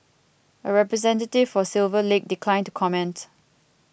a representative for Silver Lake declined to comment